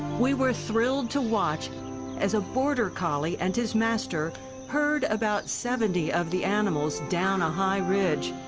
we were thrilled to watch as a border collie and his master herd about seventy of the animals down a high ridge.